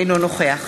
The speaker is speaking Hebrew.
אינו נוכח